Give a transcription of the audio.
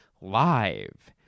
live